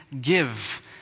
give